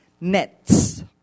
Nets